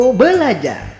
belajar